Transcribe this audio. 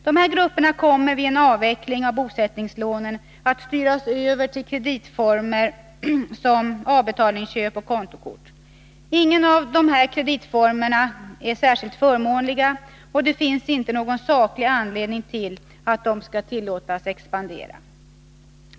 Dessa grupper kommer vid en avveckling av bosättningslånen att styras över till kreditformer som avbetalningsköp och kontokort. Ingen av dessa kreditformer är särskilt förmånliga och det finns inte någon saklig anledning till att de skall tillåtas expandera.